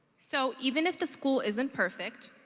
so even if the school isn't perfect,